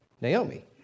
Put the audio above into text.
Naomi